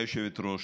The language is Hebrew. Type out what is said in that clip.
גברתי היושבת-ראש,